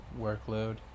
workload